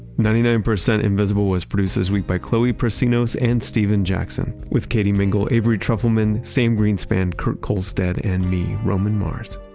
ninety nine percent invisible was produced this week by chloe prasinos and steven jackson, with katie mingle, avery trufelman, sam greenspan, kurt kohlstedt, and me, roman mars.